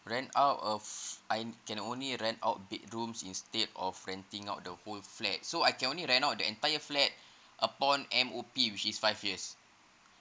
rent out a~ I can only rent out bedrooms instead of renting out the whole flat so I can only rent out the entire flat upon M_O_P which is five years